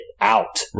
out